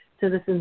Citizens